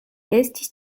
estis